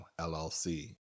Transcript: LLC